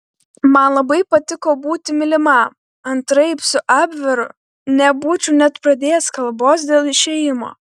man labai patiko būti mylimam antraip su abveru nebūčiau net pradėjęs kalbos dėl išėjimo